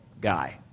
guy